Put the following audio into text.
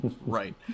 Right